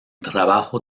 trabajo